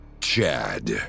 Chad